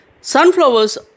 sunflowers